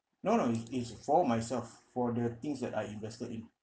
no no it it's for myself for the things that I invested in